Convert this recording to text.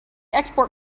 export